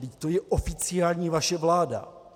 Vždyť to je oficiální vaše vláda.